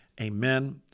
Amen